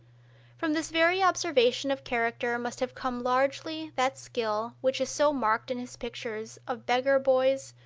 from this very observation of character must have come largely that skill which is so marked in his pictures of beggar boys,